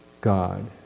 God